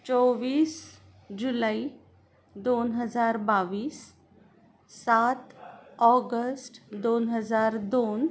चोवीस जुलै दोन हजार बावीस सात ऑगस्ट दोन हजार दोन